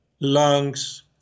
lungs